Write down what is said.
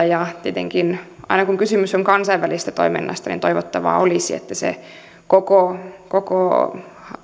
ja tietenkin aina kun kysymys on kansainvälisestä toiminnasta toivottavaa olisi että koko